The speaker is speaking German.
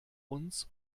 uns